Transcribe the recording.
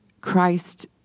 Christ